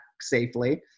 safely